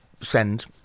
send